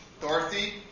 Dorothy